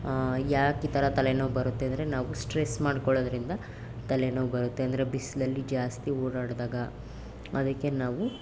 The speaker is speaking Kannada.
ಯಾಕೀ ಥರ ತಲೆನೋವು ಬರುತ್ತೆ ಅಂದರೆ ನಾವು ಸ್ಟ್ರೆಸ್ ಮಾಡ್ಕೊಳ್ಳೋದ್ರಿಂದ ತಲೆನೋವು ಬರುತ್ತೆ ಅಂದರೆ ಬಿಸಿಲಲ್ಲಿ ಜಾಸ್ತಿ ಓಡಾಡಿದಾಗ ಅದಕ್ಕೆ ನಾವು